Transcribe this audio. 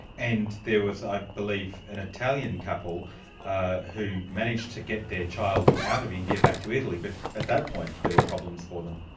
and there was, i believe, an italian couple who managed to get their child out of india back to italy, but at that point there were problems for them.